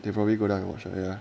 they probably go down and watch ya